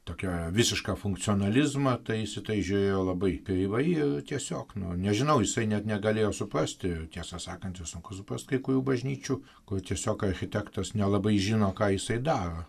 tokią visišką funkcionalizmą tai jis į tai žiėrėjo labai kreivai ir tiesiog nu nežinau jisai net negalėjo suprasti tiesą sakant čia sunku supras kai kurių bažnyčių kur tiesiog architektas nelabai žino ką jisai daro